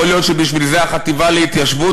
יכול להיות שבשביל זה החטיבה להתיישבות,